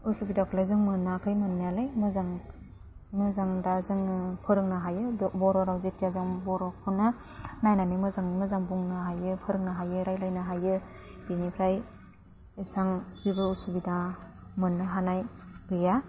असुबिदाखौलाय जों मोनाखै मोन्नायालाइ मोजां मोजां दा जोङो फोरोंनो हायो बर'राव जेथिया जों बर'खौनो नायनानै मोजाङै मोजां बुंनो हायो फोरोंनो हायो रायलाइनो हायो बिनिफ्राय इसेबां जेबो असुबिदा मोन्नो हानाय गैया